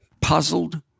puzzled